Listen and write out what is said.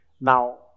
now